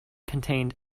contained